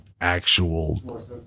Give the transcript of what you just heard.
actual